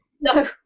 No